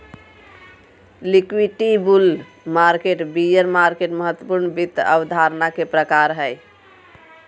liquidity, bull market, bear market महत्वपूर्ण वित्त अवधारणा के प्रकार हय